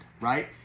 right